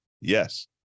Yes